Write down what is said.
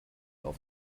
auf